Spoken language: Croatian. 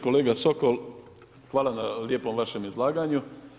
Kolega Sokol hvala na lijepom vašem izlaganju.